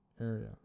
area